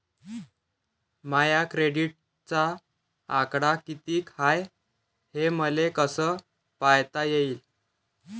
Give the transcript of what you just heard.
माया क्रेडिटचा आकडा कितीक हाय हे मले कस पायता येईन?